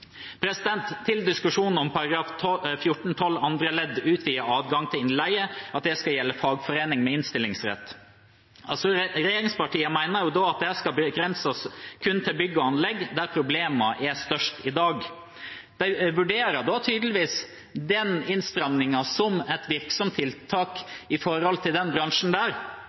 Til diskusjonen om § 14-12 andre ledd, utvidet adgang til innleie, at det skal gjelde fagforening med innstillingsrett: Regjeringspartiene mener at dette skal begrenses kun til bygg og anlegg, der problemene er størst i dag. De vurderer tydeligvis den innstramningen som et virksomt tiltak overfor den bransjen,